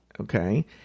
Okay